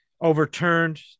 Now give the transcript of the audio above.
overturned